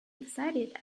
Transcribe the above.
excited